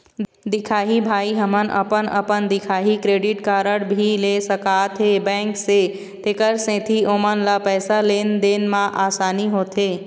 दिखाही भाई हमन अपन अपन दिखाही क्रेडिट कारड भी ले सकाथे बैंक से तेकर सेंथी ओमन ला पैसा लेन देन मा आसानी होथे?